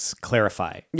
clarify